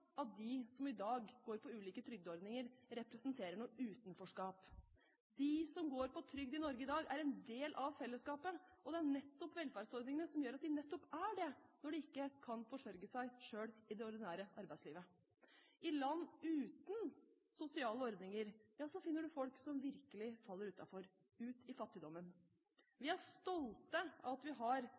at de som i dag går på ulike trygdeordninger, representerer noe utenforskap. De som går på trygd i Norge i dag, er en del av fellesskapet, og det er nettopp velferdsordningene som gjør at de nettopp er det, når de ikke kan forsørge seg selv i det ordinære arbeidslivet. I land uten sosiale ordninger finner en folk som virkelig faller utenfor – ut i fattigdommen. Vi er stolte av at vi har